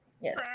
Yes